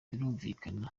birumvikana